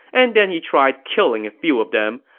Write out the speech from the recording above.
and then he tried killing a few of them.